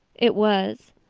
it was.